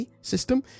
system